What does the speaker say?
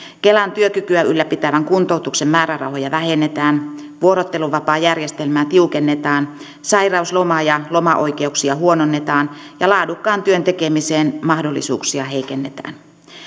kelan työkykyä ylläpitävän kuntoutuksen määrärahoja vähennetään vuorotteluvapaajärjestelmää tiukennetaan sairausloma ja loma oikeuksia huononnetaan ja laadukkaan työn tekemisen mahdollisuuksia heikennetään